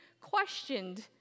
questioned